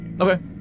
Okay